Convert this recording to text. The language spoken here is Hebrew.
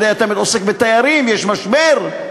כי אתה עוסק בתיירים ויש משבר.